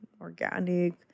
organic